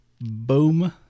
Boom